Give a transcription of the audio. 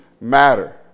matter